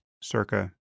circa